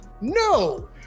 No